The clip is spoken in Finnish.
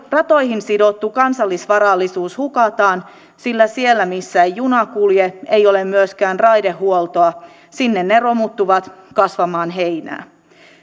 ratoihin sidottu kansallisvarallisuus hukataan sillä siellä missä ei juna kulje ei ole myöskään raidehuoltoa sinne ne romuttuvat kasvamaan heinää